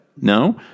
No